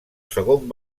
segon